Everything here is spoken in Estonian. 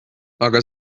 aga